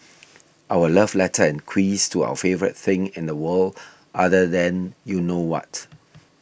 our love letter and quiz to our favourite thing in the world other than you know what